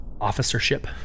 officership